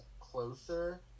closer